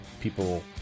people